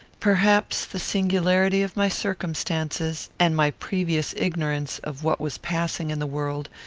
perhaps the singularity of my circumstances, and my previous ignorance of what was passing in the world,